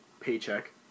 paycheck